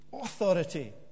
authority